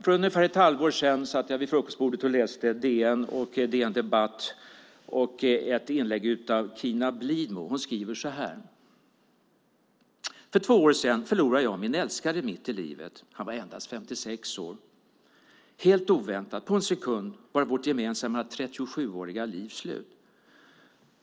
För ungefär ett halvår sedan satt jag vid frukostbordet och läste DN Debatt och ett inlägg av Cina Blidmo. Hon skriver så här: För två år sedan förlorade jag min älskade mitt i livet. Han var endast 56 år. Helt oväntat, på en sekund, var vårt gemensamma 37-åriga liv slut.